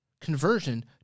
conversion